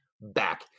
back